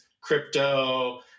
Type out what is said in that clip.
crypto